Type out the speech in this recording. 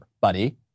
buddy